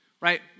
right